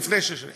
לפני שש שנים.